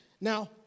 Now